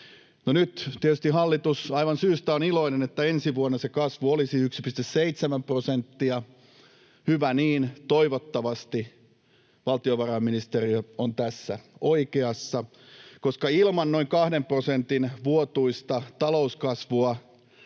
Nyt tietysti hallitus aivan syystä on iloinen, että ensi vuonna se kasvu olisi 1,7 prosenttia — hyvä niin, toivottavasti valtiovarainministeriö on tässä oikeassa, koska ilman noin kahden prosentin vuotuista talouskasvua